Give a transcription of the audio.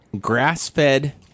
grass-fed